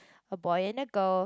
a boy and a girl